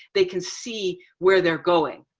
they can see where they're going.